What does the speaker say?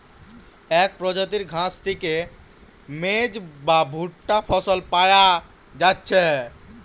এক প্রজাতির ঘাস থিকে মেজ বা ভুট্টা ফসল পায়া যাচ্ছে